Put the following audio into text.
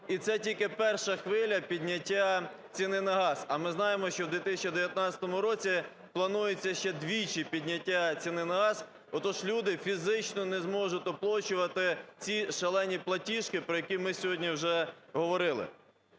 і це тільки перша хвиля підняття ціни на газ, а ми знаємо, що в 2019 році планується ще двічі підняття ціни на газ. Отож, люди фізично не зможуть оплачувати ці шалені платіжки, про які ми сьогодні вже говорили.